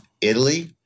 Italy